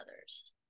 others